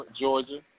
Georgia